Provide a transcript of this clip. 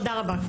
תודה רבה.